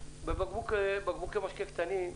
בקבוקי משקה קטנים,